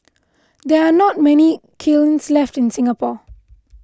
there are not many kilns left in Singapore